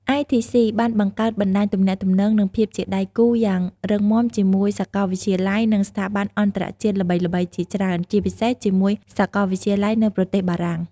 ITC បានបង្កើតបណ្តាញទំនាក់ទំនង និងភាពជាដៃគូយ៉ាងរឹងមាំជាមួយសាកលវិទ្យាល័យ និងស្ថាប័នអន្តរជាតិល្បីៗជាច្រើន ជាពិសេសជាមួយសាកលវិទ្យាល័យនៅប្រទេសបារាំង។